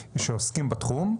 שעוסקים בתחום,